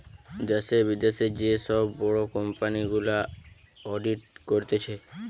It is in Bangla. দ্যাশে, বিদ্যাশে যে সব বড় কোম্পানি গুলা অডিট করতিছে